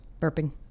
Burping